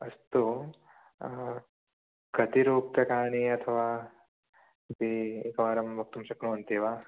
अस्तु कतिरूप्यकाणि अथवा इति एकवारं वक्तुं शक्नुवन्ति वा